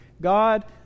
God